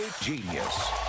genius